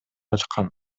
ачкан